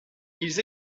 ils